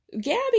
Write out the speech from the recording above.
Gabby